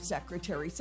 Secretary